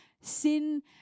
Sin